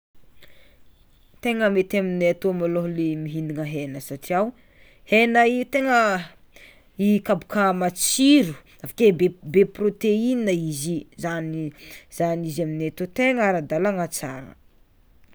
Tegna mety aminay tô malôha le mihinana hena satria o hena io tegna i kabaka matsiro avekeo be prôteina izy i zany zany izy aminay tô tegna ara-dalagna tsara.